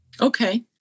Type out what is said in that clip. Okay